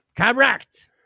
Correct